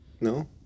no